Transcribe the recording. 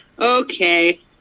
Okay